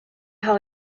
how